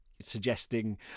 suggesting